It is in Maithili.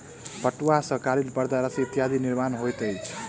पटुआ सॅ कालीन परदा रस्सी इत्यादि के निर्माण होइत अछि